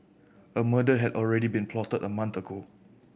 a murder had already been plotted a month ago